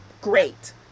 Great